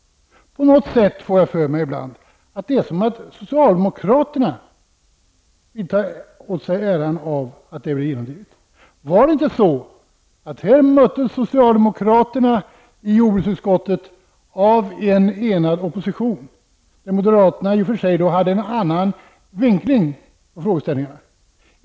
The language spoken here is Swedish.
På något sätt får jag ibland för mig att det är som om socialdemokraterna vill ta åt sig äran av att det blir genomfört. Var det inte så att här möttes socialdemokraterna i jordbruksutskottet av en enad opposition, där moderaterna i och för sig hade en annan vinkling på frågeställningarna.